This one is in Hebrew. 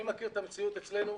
אני מכיר את המציאות אצלנו.